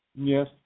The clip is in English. Yes